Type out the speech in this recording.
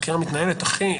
החקירה מתנהלת, אחי.